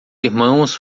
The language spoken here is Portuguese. irmãos